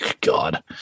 God